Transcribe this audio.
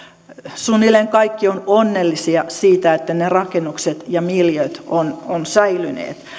suunnilleen kaikki ovat onnellisia siitä että ne rakennukset ja miljööt ovat säilyneet